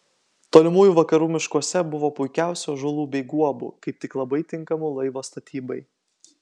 tolimųjų vakarų miškuose buvo puikiausių ąžuolų bei guobų kaip tik labai tinkamų laivo statybai